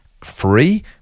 free